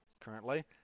currently